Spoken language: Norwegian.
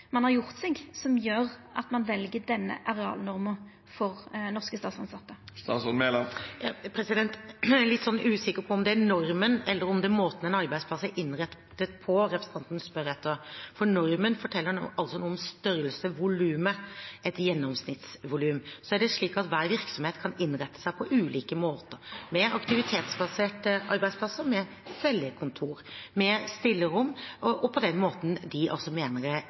har gjort seg, som gjer at ein vel denne arealnorma for norske statstilsette. Jeg er litt usikker på om det er normen eller om det er måten en arbeidsplass er innrettet på, representanten spør etter. For normen forteller noe om størrelsen, volumet – et gjennomsnittsvolum. Så er det slik at hver virksomhet kan innrette seg på ulike måter, med aktivitetsbaserte arbeidsplasser, med cellekontor, med stillerom – på den måten de mener er best. Jeg mener